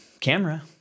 camera